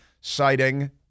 citing